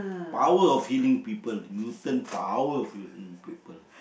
power of healing people the mutant power of healing people